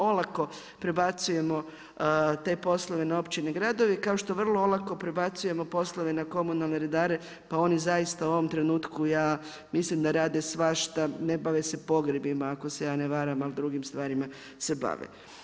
Olako prebacujemo te poslove na općine i gradove i kao što vrlo olako prebacujemo poslove na komunalne redare, pa oni zaista u ovom trenutku, ja mislim da rade svašta, ne bave se pogrebima, ako se ja ne varam, ali drugim stvarima se bave.